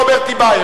רוברט טיבייב,